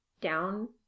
down